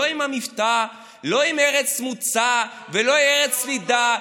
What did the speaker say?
לא עם המבטא, לא עם ארץ מוצא ולא עם ארץ לידה.